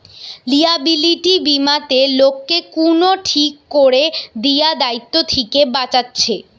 liability বীমাতে লোককে কুনো ঠিক কোরে দিয়া দায়িত্ব থিকে বাঁচাচ্ছে